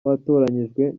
watoranyijwe